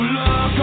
look